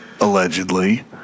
allegedly